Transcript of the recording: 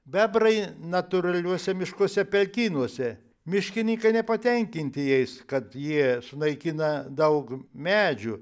bebrai natūraliuose miškuose pelkynuose miškinykai nepatenkinti jais kad jie sunaikina daug medžių